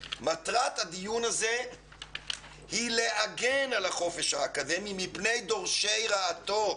מטרת הדיון הזה היא להגן על החופש האקדמי מפני דורשי רעתו.